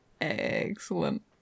excellent